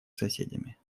соседями